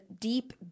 deep